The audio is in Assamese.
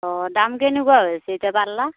অঁ দাম কেনেকুৱা হৈ আছে এতিয়া পাল্লা